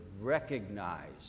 recognize